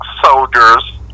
soldiers